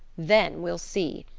then we'll see.